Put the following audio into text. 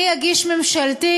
אני אגיש ממשלתית.